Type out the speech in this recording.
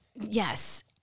Yes